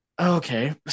okay